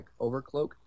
overcloak